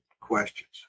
questions